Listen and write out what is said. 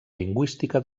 lingüística